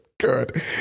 good